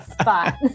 spot